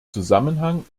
zusammenhang